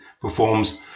performs